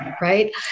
right